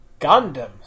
Gundam